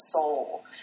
soul